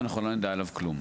ואנחנו לא נדע עליו כלום.